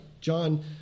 John